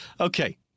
Okay